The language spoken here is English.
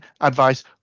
advice